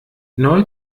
neu